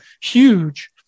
huge